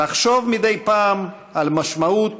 לחשוב מדי פעם על משמעות